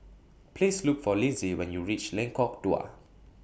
Please Look For Lynsey when YOU REACH Lengkok Dua